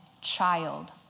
child